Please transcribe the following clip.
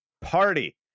party